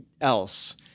else